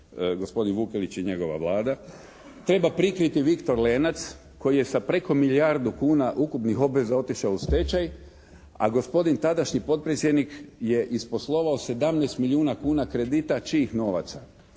gospodin Vukelić i njegova Vlada, treba prikriti "Viktor Lenac" koji je sa preko milijardu kuna ukupnih obveza otišao u stečaj, a gospodin tadašnji potpredsjednik je isposlovao 17 milijuna kuna kredita čijih novaca?